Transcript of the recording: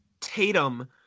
Tatum